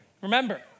remember